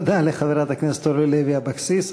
תודה לחברת הכנסת אורלי לוי אבקסיס.